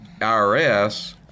IRS